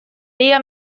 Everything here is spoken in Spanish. liga